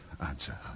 answer